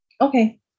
Okay